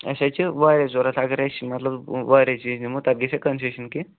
اَسہِ حظ چھِ واریاہ ضروٗرت اگر أسۍ مطلب واریاہ چیٖز نِمو تَتھ گژھِ ہا کَنسیشَن کیٚنٛہہ